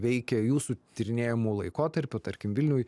veikė jūsų tyrinėjamu laikotarpiu tarkim vilniuj